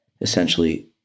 essentially